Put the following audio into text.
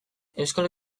euskal